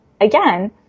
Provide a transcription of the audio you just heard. again